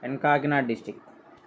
and Kakinada district